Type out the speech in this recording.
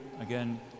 again